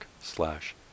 slash